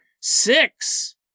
six